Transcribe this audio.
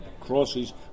crosses